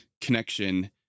connection